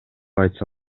айтса